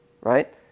right